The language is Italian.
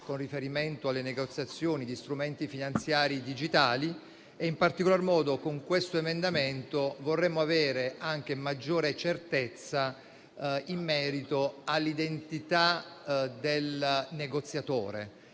con riferimento alle negoziazioni di strumenti finanziari digitali. In particolar modo, con questo emendamento, vorremmo avere anche maggiore certezza in merito all'identità del negoziatore,